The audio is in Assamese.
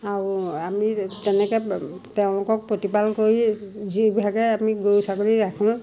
আৰু আমি তেনেকৈ তেওঁলোকক প্ৰতিপাল কৰি যিভাগে আমি গৰু ছাগলী ৰাখোঁ